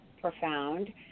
profound